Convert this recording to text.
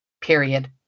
period